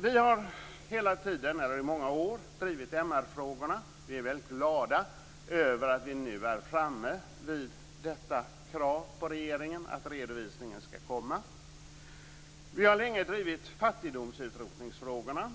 Vi har i många år drivit MR-frågorna. Vi är väldigt glada över att vi nu är framme vid detta krav på regeringen att redovisningen skall komma. Vi har länge drivit fattigdomsutrotningsfrågorna.